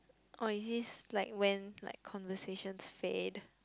oh it is like when like conversations faded